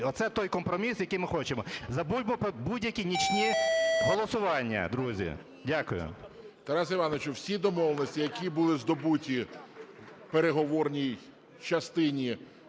Оце той компроміс, який ми хочемо. Забудьмо про будь-які нічні голосування, друзі. Дякую. ГОЛОВУЮЧИЙ. Тарасе Івановичу, всі домовленості, які були здобуті в переговорній частині